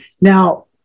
Now